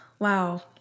Wow